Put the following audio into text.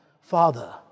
Father